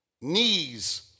knees